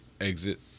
exit